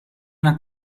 una